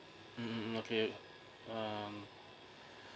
mm mm okay um